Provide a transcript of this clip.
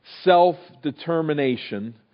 Self-determination